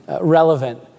relevant